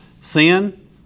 Sin